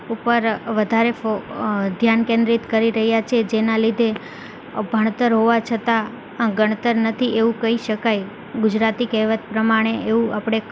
ઉપર વધારે ધ્યાન કેન્દ્રિત કરી રહ્યા છે જેના લીધે ભણતર હોવા છતાં ગણતર નથી એવું કહી શકાય ગુજરાતી કહેવત પ્રમાણે એવું આપણે